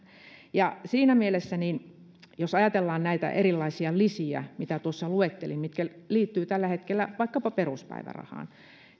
siinä mielessä jos ajatellaan näitä erilaisia lisiä mitä tuossa luettelin mitä liittyy tällä hetkellä vaikkapa peruspäivärahaan